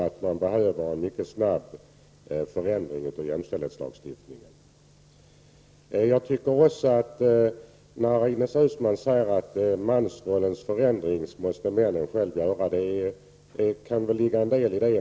Det behövs mycket snabbt en förändring av jämställdhetslagstiftningen. Vidare säger Ines Uusmann att männen själva måste åstadkomma en förändring av mansrollen. Jag medger att det kan ligga en del i det.